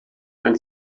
ein